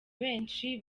benshi